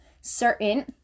certain